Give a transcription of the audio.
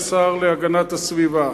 השר להגנת הסביבה,